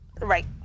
Right